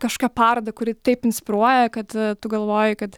kažką parodą kuri taip inspiruoja kad tu galvoji kad